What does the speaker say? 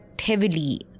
heavily